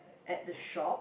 at the shop